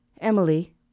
Emily